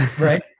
right